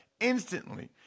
instantly